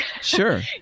Sure